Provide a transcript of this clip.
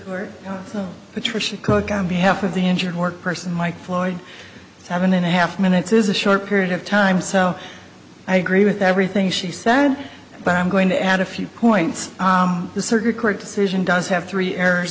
please patricia cook on behalf of the injured work person mike floyd seven and a half minutes is a short period of time so i agree with everything she said but i'm going to add a few points the circuit court decision does have three errors